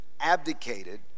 abdicated